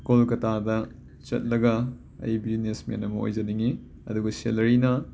ꯀꯣꯜꯀꯇꯗ ꯆꯠꯂꯒ ꯑꯩ businessman ꯑꯃ ꯑꯣꯏꯖꯅꯤꯡꯉꯤ ꯑꯗꯨꯒ ꯁꯦꯜꯂꯔꯤꯅ